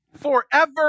Forever